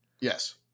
yes